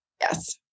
Yes